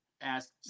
ask